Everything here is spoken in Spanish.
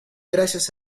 gracias